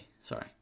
Sorry